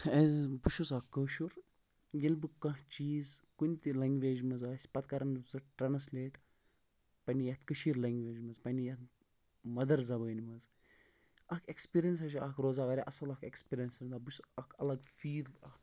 بہٕ چھُس اَکھ کٲشُر ییٚلہِ بہٕ کانٛہہ چیٖز کُنہِ تہِ لنٛگویج منٛز آسہِ پَتہٕ کَران بہٕ سۄ ٹرٛنَسلیٹ پنٛنہِ یَتھ کٔشیٖر لنٛگویج منٛز پنٛنہِ یَتھ مَدَر زبٲنۍ منٛز اَکھ ایکٕسپیٖرَنٕس ہَسا چھِ اَکھ روزان واریاہ اَصٕل اَکھ ایکٕسپیٖرَنٕس جِناب بہٕ چھُس اَکھ الگ فیٖل اَکھ